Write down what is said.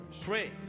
Pray